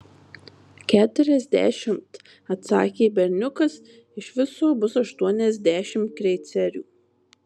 keturiasdešimt atsakė berniukas iš viso bus aštuoniasdešimt kreicerių